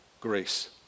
grace